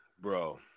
bro